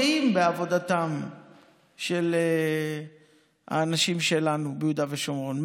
גאים בעבודתם של האנשים שלנו ביהודה ושומרון,